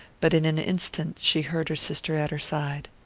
but in an instant she heard her sister at her side.